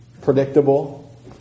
predictable